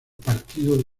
partido